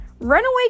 Runaway